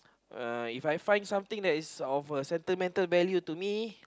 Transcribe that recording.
uh If I find something that is of a sentimental value to me